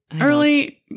Early